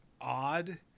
odd